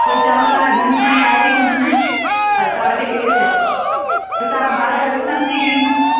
कोई चवण लाइ धणी साईं आहे ई कोन न सरकार खे केरु चए वेचारा ॿार परेशान थी विया आहिनि न